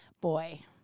Boy